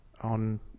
on